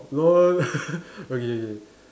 lol okay K